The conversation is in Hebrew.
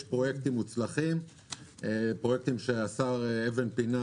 יש פרויקטים מוצלחים שהשר הניח אבן פינה